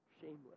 shameless